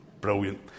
Brilliant